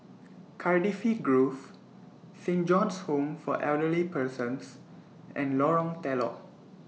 Cardifi Grove Saint John's Home For Elderly Persons and Lorong Telok